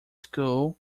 school